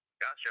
Gotcha